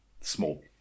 Small